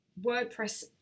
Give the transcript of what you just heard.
WordPress